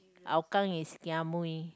Hougang is kia